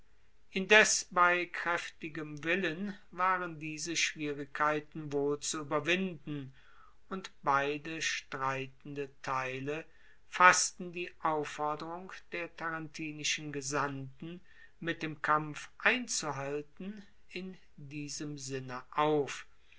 indes bei kraeftigem willen waren diese schwierigkeiten wohl zu ueberwinden und beide streitende teile fassten die aufforderung der tarentinischen gesandten mit dem kampf einzuhalten in diesem sinne auf